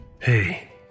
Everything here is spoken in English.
Hey